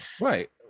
Right